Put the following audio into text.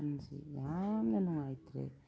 ꯋꯥꯈꯟꯁꯤ ꯌꯥꯝꯅ ꯅꯨꯡꯉꯥꯏꯇ꯭ꯔꯦ